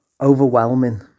overwhelming